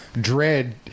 dread